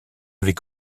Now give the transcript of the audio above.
avait